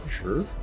Sure